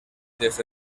desde